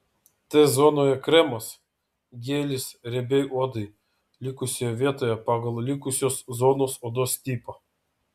t zonoje kremas gelis riebiai odai likusioje vietoje pagal likusios zonos odos tipą